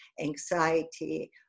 anxiety